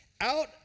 out